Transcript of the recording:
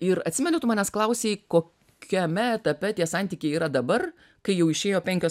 ir atsimeni tu manęs klausei kokiame etape tie santykiai yra dabar kai jau išėjo penkios